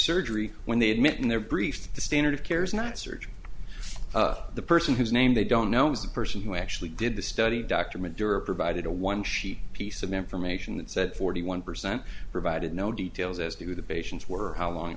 surgery when they admit in their brief the standard of care is not search the person whose name they don't know is the person who actually did the study dr madura provided a one sheet piece of information that said forty one percent provided no details as to the patients were how long it